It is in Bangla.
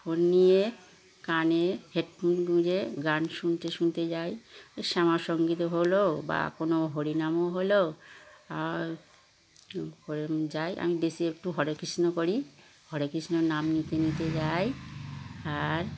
ফোন নিয়ে কানে হেডফোন গুঁজে গান শুনতে শুনতে যাই ওই শ্যামা সঙ্গীত হলো বা কোনো হরিনামও হলো আর যাই আমি বেশি একটু হরে কৃষ্ণ করি হরে কৃষ্ণর নাম নিতে নিতে যাই আর